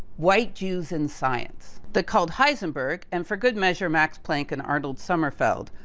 white jews in science that called heisenberg and for good measure, max planck and arnold sommerfeld,